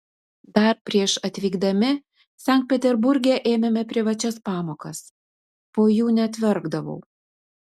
dar prieš atvykdami sankt peterburge ėmėme privačias pamokas po jų net verkdavau